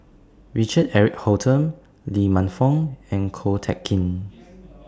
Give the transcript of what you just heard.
Richard Eric Holttum Lee Man Fong and Ko Teck Kin